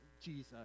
Jesus